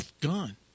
gone